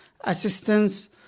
assistance